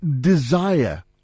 desire